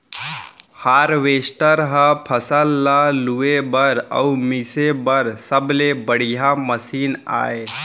harvester ह फसल ल लूए बर अउ मिसे बर सबले बड़िहा मसीन आय